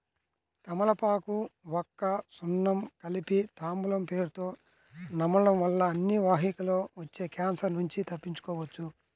తమలపాకు, వక్క, సున్నం కలిపి తాంబూలం పేరుతొ నమలడం వల్ల అన్నవాహికలో వచ్చే క్యాన్సర్ నుంచి తప్పించుకోవచ్చు